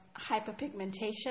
hyperpigmentation